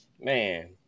man